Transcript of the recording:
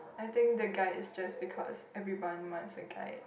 I think the guide is just because everyone ones a guide